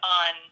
on